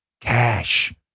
Cash